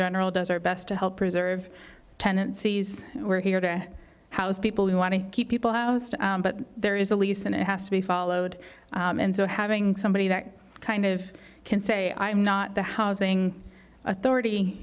general does our best to help preserve tendencies we're here to house people who want to keep people out but there is a lease and it has to be followed and so having somebody that kind of can say i'm not the housing authority